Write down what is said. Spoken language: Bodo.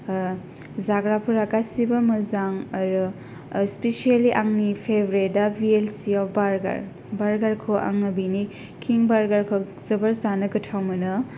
जाग्राफोरा गासिबो मोजां आरो स्पेसेलि आंनि फेभरेटा भि एल सि याव बार्गार बार्गारखौ आङो बेनि किंग बार्गारखौ जोबोर जानो गोथाव मोनो